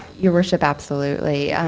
your worship, absolutely.